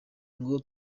ngo